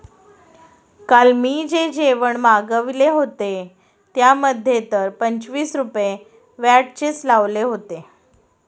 काल मी जे जेवण मागविले होते, त्यामध्ये तर पंचवीस रुपये व्हॅटचेच लावले होते